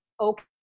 okay